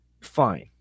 Fine